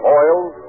oils